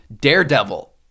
Daredevil